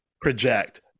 project